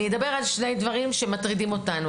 אני אדבר על שני דברים שמטרידים אותנו.